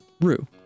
Rue